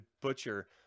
butcher